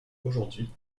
aujourd’hui